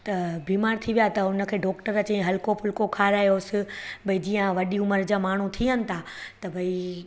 त बीमारु थी वया त हुन खे डॉक्टर चईं हलको फुलको खारायोसि बई जीअं वॾी उमिरि जा माण्हू थियनि था त बई